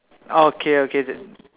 oh okay okay th~